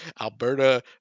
Alberta